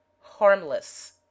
Harmless